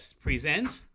presents